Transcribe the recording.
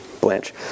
Blanche